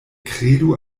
kredu